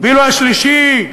ואילו השלישי,